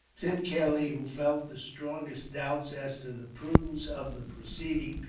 tim kelly, who felt the strongest doubts as to the prudence of the proceeding,